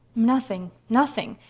nothing nothing.